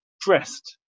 dressed